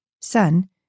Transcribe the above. Son